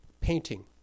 painting